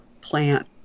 plant